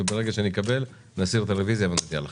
ברגע שנקבל נסיר את הרביזיה ונודיע לכם.